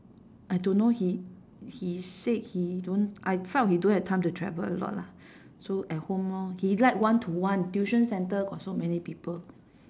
I don't know he he said he don't I felt he don't have time to travel a lot lah so at home lor he like one to one tuition centre got so many people